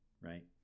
right